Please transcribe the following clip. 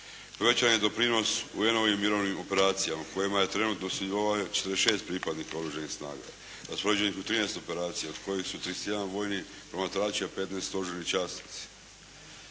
Povećan je doprinos UN-ovim mirovnim operacijama u kojima trenutno djeluje 46 pripadnika Oružanih snaga raspoređenih u 13 mirovnih misija, od kojih su 31 vojni promatrači, a 15 stožerni časnici.